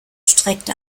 streckte